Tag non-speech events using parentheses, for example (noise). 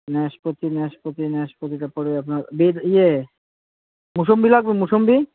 নাশপাতি নাশপাতি নাশপাতিটা পড়বে আপনার (unintelligible) ইয়ে মোসম্বি লাগবে মোসম্বি